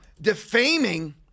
defaming